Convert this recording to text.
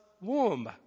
womb